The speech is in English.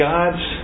God's